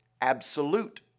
absolute